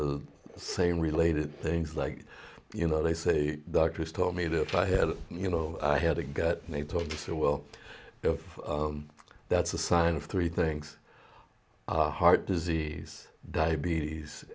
the same related things like you know they say doctors told me that i had you know i had a gut and they told her well if that's a sign of three things heart disease diabetes